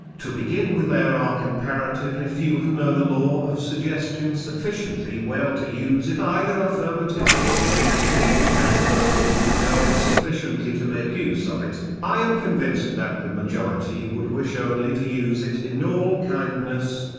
to begin with there are comparatively few who know the law of suggestion sufficiently well to use it either affirmatively or negatively, and of those who do know it sufficiently to make use of it, i am convinced that the majority would wish only to use it in all kindness,